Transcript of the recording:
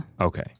Okay